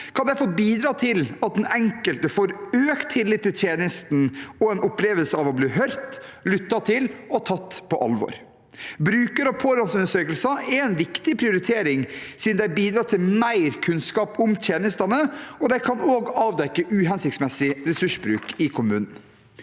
kan derfor bidra til at den enkelte får økt tillit til tjenesten og en opplevelse av å bli hørt, lyttet til og tatt på alvor. Bruker- og pårørendeundersøkelser er en viktig prioritering siden de bidrar til mer kunnskap om tjenestene, og de kan også avdekke uhensiktsmessig ressursbruk i kommunene.